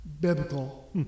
biblical